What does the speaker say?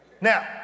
now